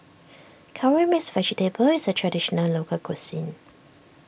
Curry Mixed Vegetable is a Traditional Local Cuisine